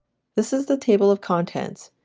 this is the table of contents.